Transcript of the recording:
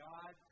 God